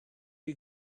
you